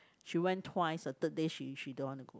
she went twice the third day she she don't want to go